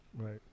Right